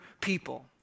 people